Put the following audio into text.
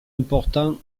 important